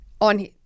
on